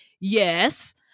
Yes